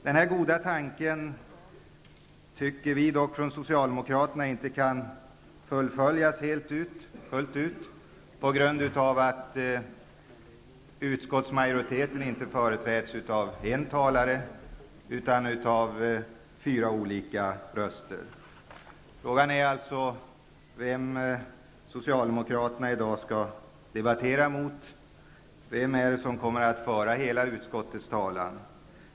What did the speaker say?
Den goda tanken tycker vi dock från Socialdemokraterna inte kan fullföljas fullt ut, på grund av att utskottsmajoriteten inte företräds av en talare utan av fyra olika röster. Frågan är vem Socialdemokraterna i dag skall debattera mot. Vem är det som kommer att föra hela utskottets talan?